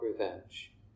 revenge